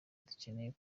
dukeneye